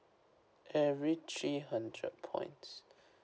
every three hundred points